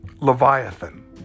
Leviathan